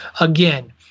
Again